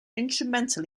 instrumental